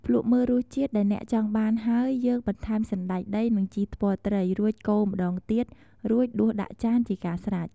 ភ្លក្សមើលរសជាតិដែរអ្នកចង់បានហើយ យើងបន្ថែមសណ្តែកដី និង ជីថ្ពាល់ត្រី រួចកូរម្ដងទៀតរួចដួសដាក់ចានជាការស្រេច។